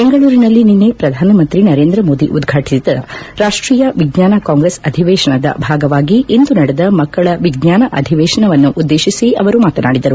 ಬೆಂಗಳೂರಿನಲ್ಲಿ ನಿನ್ನೆ ಪ್ರಧಾನಮಂತ್ರಿ ನರೇಂದ್ರಮೋದಿ ಉದ್ವಾಟಿಸಿದ ರಾಷ್ಷೀಯ ವಿಜ್ಞಾನ ಕಾಂಗ್ರೆಸ್ ಅಧಿವೇಶನದ ಭಾಗವಾಗಿ ಇಂದು ನಡೆದ ಮಕ್ಕಳ ವಿಜ್ಞಾನ ಅಧಿವೇಶನವನ್ನು ಉದ್ದೇಶಿಸಿ ಅವರು ಮಾತನಾಡಿದರು